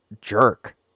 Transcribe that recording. jerk